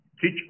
Teach